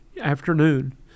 afternoon